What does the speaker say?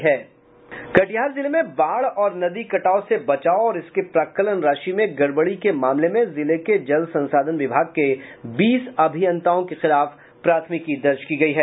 कटिहार जिले में बाढ और नदी कटाव से बचाव और इसके प्राक्कलन राशि में गडबडी के मामले में जिले के जल संसाधन विभाग के बीस अभियंताओं के खिलाफ प्राथमिकी दर्ज की गयी है